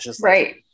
Right